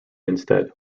instead